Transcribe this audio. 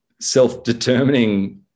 self-determining